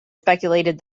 speculated